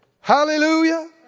Hallelujah